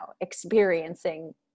experiencing